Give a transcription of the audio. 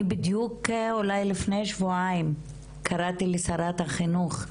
אני בדיוק אולי לפני שבועיים קראתי לשרת החינוך,